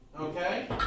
Okay